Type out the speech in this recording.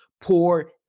poor